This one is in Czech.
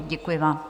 Děkuji vám.